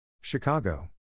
Chicago